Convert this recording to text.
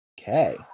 Okay